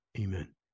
Amen